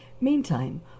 Meantime